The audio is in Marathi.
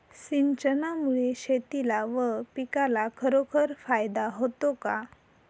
सिंचनामुळे शेतीला व पिकाला खरोखर फायदा होतो का?